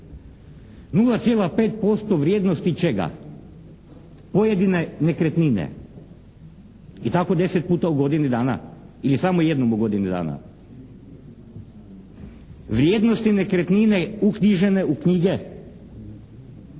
0,5% vrijednosti čega? Pojedine nekretnine i tako deset puta u godini dana ili samo jednom u godini dana. Vrijednosti nekretnine uknjižene u knjige,